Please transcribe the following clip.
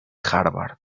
harvard